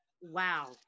Wow